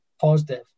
positive